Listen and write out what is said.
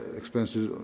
expenses